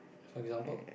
for example